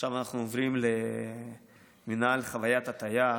עכשיו אנחנו עוברים למינהל חוויית התייר,